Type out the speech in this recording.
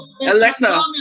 Alexa